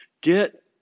get